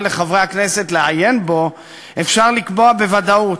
לחברי הכנסת לעיין בו אפשר לקבוע בוודאות: